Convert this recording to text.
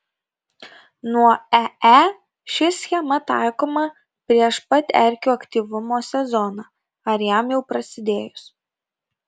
nuo ee ši schema taikoma prieš pat erkių aktyvumo sezoną ar jam jau prasidėjus